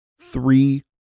Three